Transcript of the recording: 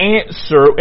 answer